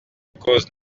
causes